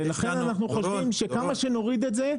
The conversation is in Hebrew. לכן אנחנו חושבים שכמה שנוריד את זה,